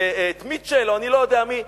את מיטשל, או אני לא יודע מי.